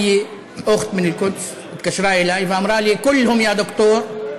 (אומר דברים בשפה הערבית,